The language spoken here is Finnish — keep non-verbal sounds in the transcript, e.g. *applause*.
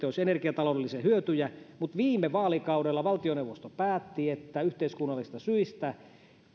*unintelligible* olisi myös energiataloudellisia hyötyjä mutta viime vaalikaudella valtioneuvosto päätti että yhteiskunnallisista syistä